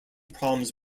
problems